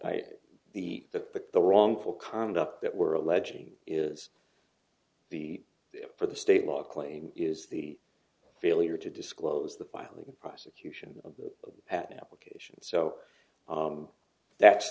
buy the the the wrongful conduct that we're alleging is the for the state law claim is the failure to disclose the filing prosecution of the patent application so that's